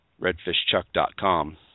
redfishchuck.com